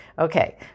okay